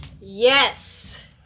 Yes